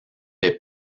des